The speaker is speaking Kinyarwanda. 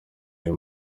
ayo